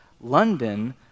London